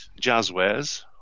Jazzwares